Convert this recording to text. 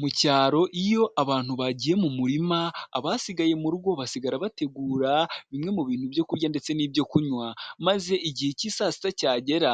Mu cyaro iyo abantu bagiye mu murima, abasigaye mu rugo basigara bategura bimwe mu bintu byo kurya ndetse n'ibyo kunywa, maze igihe cy'i saa sita cyagera,